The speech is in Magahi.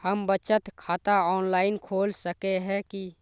हम बचत खाता ऑनलाइन खोल सके है की?